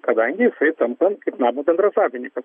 kadangi jisai tampa kaip namo bendrasavininkas